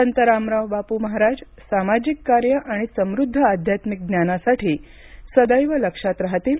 संत रामराव वापू महाराज सामाजिक कार्य आणि समृद्ध आध्यत्मिक ज्ञानासाठी सदैव लक्षात राहतील